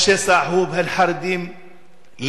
השסע הוא בין חרדים לדתיים,